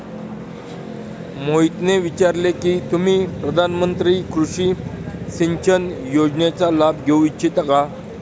मोहितने विचारले की तुम्ही प्रधानमंत्री कृषि सिंचन योजनेचा लाभ घेऊ इच्छिता का?